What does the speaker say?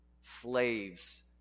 slaves